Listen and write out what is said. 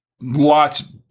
lots